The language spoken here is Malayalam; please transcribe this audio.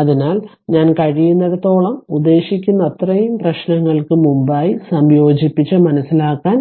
അതിനാൽ ഞാൻ കഴിയുന്നിടത്തോളം ഉദ്ദേശിക്കുന്നത്രയും പ്രശ്നങ്ങൾക്ക് മുമ്പായി സംയോജിപ്പിച്ച് മനസ്സിലാക്കാൻ